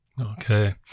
Okay